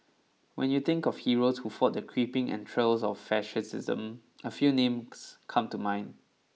when you think of heroes who fought the creeping entrails of fascism a few names come to mind